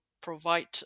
provide